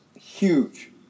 huge